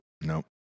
Nope